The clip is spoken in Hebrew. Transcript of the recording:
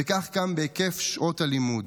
וכך גם בהיקף שעות הלימוד.